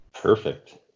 Perfect